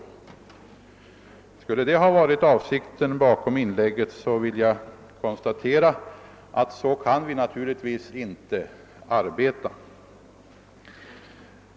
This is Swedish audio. Om det skulle ha varit avsikten med herr Lothigius” inlägg, måste jag säga att vi inte kan arbeta så.